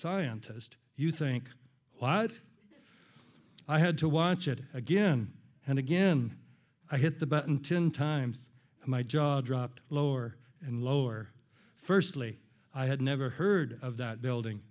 scientist you think a lot i had to watch it again and again i hit the button ten times my jaw dropped lower and lower firstly i had never heard of that building